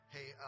Hey